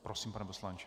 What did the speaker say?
Prosím, pane poslanče.